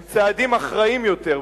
אלה הם צעדים אחראיים יותר,